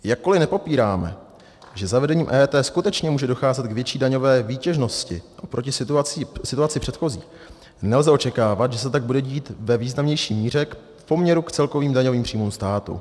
Jakkoliv nepopíráme, že zavedením EET skutečně může docházet k větší daňové výtěžnosti oproti situaci předchozí, nelze očekávat, že se tak bude dít ve významnější míře v poměru k celkovým daňovým příjmům státu.